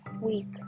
week